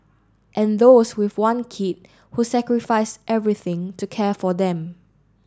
and those with one kid who sacrifice everything to care for them